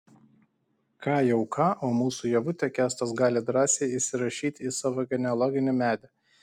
ką jau ką o mūsų ievutę kęstas gali drąsiai įsirašyti į savo genealoginį medį